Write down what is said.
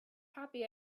happy